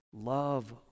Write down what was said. Love